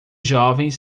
jovens